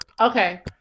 Okay